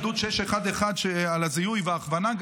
גדוד 611 שעל הזיהוי וההכוונה,